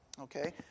Okay